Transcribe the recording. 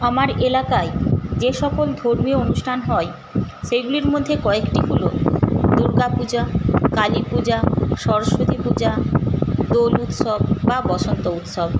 আমার এলাকায় যে সকল ধর্মীয় অনুষ্ঠান হয় সেগুলির মধ্যে কয়েকটি হল দুর্গাপূজা কালীপূজা সরস্বতীপূজা দোল উৎসব বা বসন্ত উৎসব